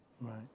Right